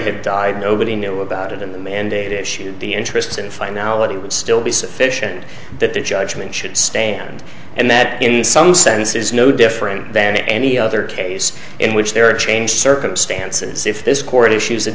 had died nobody knew about it and the mandate issue the interest in finality would still be sufficient that the judgment should stand and that in some sense is no different than any other case in which there are changed circumstances if this court issues